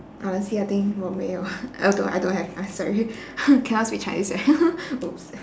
honestly I think 我没有 uh don't I don't have I'm sorry cannot speak chinese right !oops!